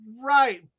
right